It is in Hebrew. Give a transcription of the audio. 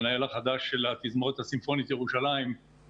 המנהל החדש של התזמורת הסימפונית ירושלים,